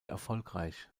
erfolgreich